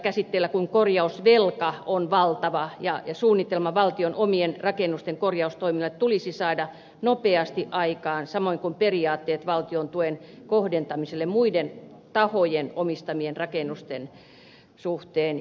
ympäristövaliokunta toteaa että korjausvelka on valtava ja suunnitelma valtion omien rakennusten korjaustoimista tulisi saada nopeasti aikaan samoin kuin periaatteet valtion tuen kohdentamisesta muiden tahojen omistamien rakennusten suhteen